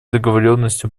договоренности